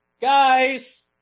Guys